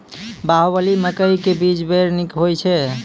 बाहुबली मकई के बीज बैर निक होई छै